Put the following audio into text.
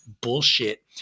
bullshit